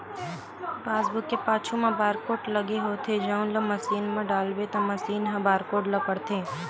passbook के पाछू म बारकोड लगे होथे जउन ल मसीन म डालबे त मसीन ह बारकोड ल पड़थे